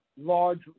large